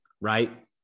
right